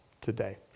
today